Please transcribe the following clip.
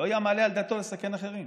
לא היה מעלה על דעתו לסכן אחרים.